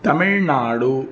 Tamil Nadu